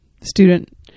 student